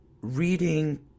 reading